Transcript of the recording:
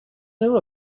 knew